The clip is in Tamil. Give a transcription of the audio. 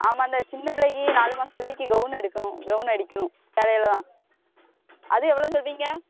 ஆமாம் இந்த சின்னப்பிள்ளைக்கு நாலு மாசத்தில் பிள்ளைக்கு கௌன் எடுக்கணும் கௌன் அடிக்கணும் கடையில் தான் அது எவ்வளவு சொல்வீங்க